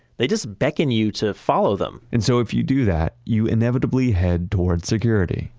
they just beckon you to follow them and so if you do that, you inevitably head towards security.